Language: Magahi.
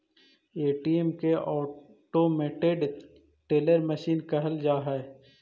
ए.टी.एम के ऑटोमेटेड टेलर मशीन कहल जा हइ